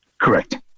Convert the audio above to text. Correct